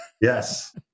Yes